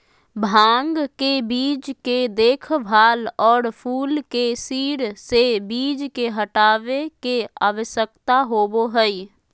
भांग के बीज के देखभाल, और फूल के सिर से बीज के हटाबे के, आवश्यकता होबो हइ